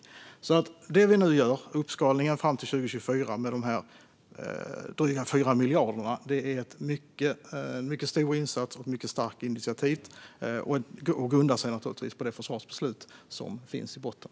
Det vi nu gör, uppskalningen till 2024 med de här drygt 4 miljarderna, är en mycket stor insats och ett mycket starkt initiativ som naturligtvis grundar sig på det försvarsbeslut som finns i botten.